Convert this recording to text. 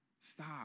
stop